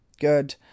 Good